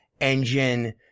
Engine